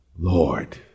Lord